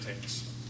takes